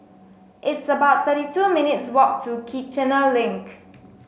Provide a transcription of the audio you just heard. it's about thirty two minutes' walk to Kiichener Link